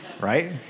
Right